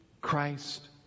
Christ